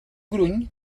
gruny